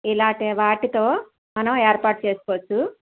ఇలాంటి వాటితో మనం ఏర్పాటు చేసుకోవచ్చు